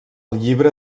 llibre